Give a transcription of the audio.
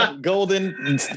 Golden